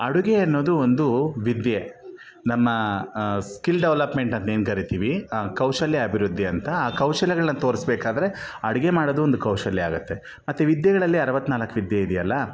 ಅಡುಗೆ ಅನ್ನೋದು ಒಂದು ವಿದ್ಯೆ ನಮ್ಮ ಸ್ಕಿಲ್ ಡೆವಲಪ್ಮೆಂಟ್ ಅಂತ ಏನು ಕರಿತೀವಿ ಕೌಶಲ್ಯ ಅಭಿವೃದ್ಧಿ ಅಂತ ಆ ಕೌಶಲ್ಯಗಳನ್ನ ತೋರಿಸಬೇಕಾದ್ರೆ ಅಡುಗೆ ಮಾಡೋದು ಒಂದು ಕೌಶಲ್ಯ ಆಗುತ್ತೆ ಮತ್ತು ವಿದ್ಯೆಗಳಲ್ಲಿ ಅರವತ್ತ್ನಾಲ್ಕು ವಿದ್ಯೆ ಇದೆಯಲ್ಲಾ